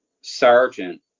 sergeant